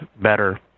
better